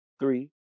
Three